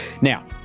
now